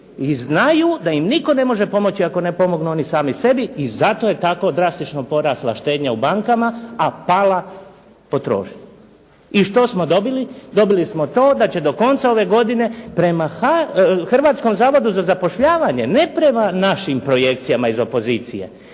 i znaju da im nitko ne može pomoći ako ne pomognu oni sami sebi i zato je tako drastično porasla štednja u bankama, a pala potrošnja. I što smo dobili? Dobili smo to da će do konca ove godine prema Hrvatskom zavodu za zapošljavanje, ne prema našim projekcijama iz opozicije,